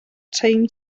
teim